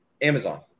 Amazon